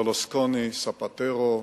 ברלוסקוני, ספטרו,